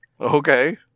Okay